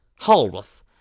Holworth